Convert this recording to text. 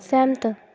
सैह्मत